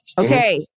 Okay